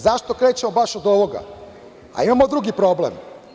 Zašto krećemo baš od ovoga a imamo drugi problem.